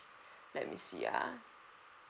let me see ah